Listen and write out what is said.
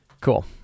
Cool